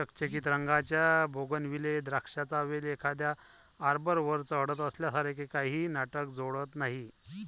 चकचकीत रंगाच्या बोगनविले द्राक्षांचा वेल एखाद्या आर्बरवर चढत असल्यासारखे काहीही नाटक जोडत नाही